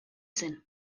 zen